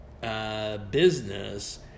business